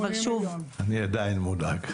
80,000,000. אני עדיין מודאג.